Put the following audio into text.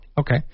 Okay